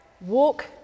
walk